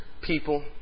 people